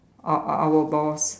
uh our boss